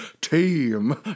team